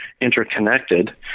interconnected